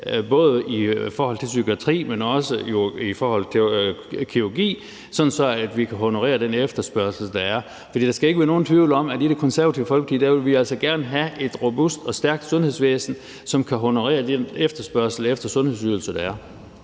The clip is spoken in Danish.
både i forhold til psykiatri, men også i forhold til kirurgi, sådan at vi kan honorere den efterspørgsel, der er. For der skal ikke være nogen tvivl om, at i Det Konservative Folkeparti vil vi altså gerne have et robust og stærkt sundhedsvæsen, som kan honorere den efterspørgsel efter sundhedsydelser, som der er.